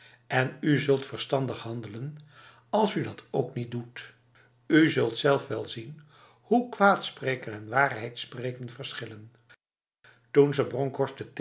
en u zult verstandig handelen als u dat ook niet doet u zult zelf wel zien hoe kwaad spreken en waarheid spreken verschillenf toen ze bronkhorst